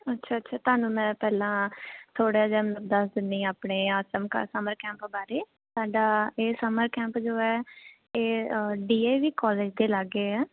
ਅੱਛਾ ਅੱਛਾ ਤੁਹਾਨੂੰ ਮੈਂ ਪਹਿਲਾਂ ਥੋੜਾ ਜਿਹਾ ਦੱਸ ਦਿੰਨੀ ਆਪਣੇ ਆਤਮਕਾ ਦਾ ਕੈਂਪ ਬਾਰੇ ਸਾਡਾ ਇਹ ਸਮਰ ਕੈਂਪ ਜੋ ਹੈ ਇਹ ਡੀਏਵੀ ਕਾਲਜ ਦੇ ਲਾਗੇ ਆ